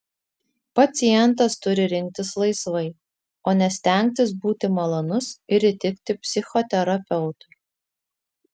pacientas turi rinktis laisvai o ne stengtis būti malonus ir įtikti psichoterapeutui